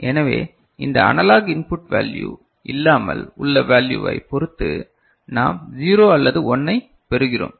எனவே இந்த analog input value இல்லாமல் உள்ள வேல்யுவை பொறுத்து நாம் 0 அல்லது 1 ஐப் பெறுகிறோம்